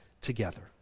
together